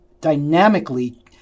dynamically